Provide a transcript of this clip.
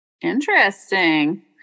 interesting